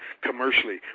commercially